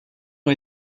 ont